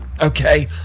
okay